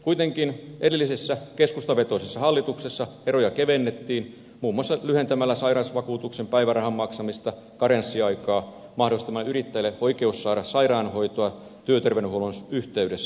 kuitenkin edellisessä keskustavetoisessa hallituksessa eroja kevennettiin muun muassa lyhentämällä sairausvakuutuksen päivärahan maksamista karenssiaikaa mahdollistamalla yrittäjille oikeus saada sairaanhoitoa työterveyshuollon yhteydessä